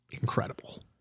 Incredible